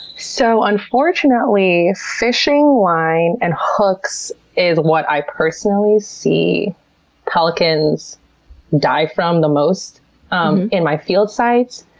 so, unfortunately, fishing line and hooks is what i personally see pelicans die from the most um in my field sites.